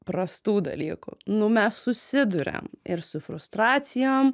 prastų dalykų nu mes susiduriam ir su frustracijom